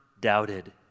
doubted